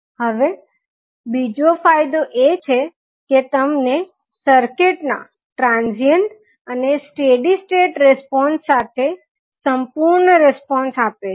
હવે બીજો ફાયદો એ છે કે તે તમને સર્કીટ ના ટ્રાન્ઝિયન્ટ અને સ્ટેડી સ્ટેટ રીસ્પોંસ સાથે સંપૂર્ણ રીસ્પોંસ આપે છે